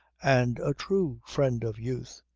and a true friend of youth.